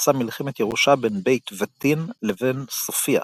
ופרצה מלחמת ירושה בין בית וטין לבין סופיה,